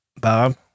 Bob